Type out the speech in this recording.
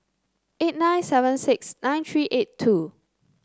eight nine seven six nine three eight two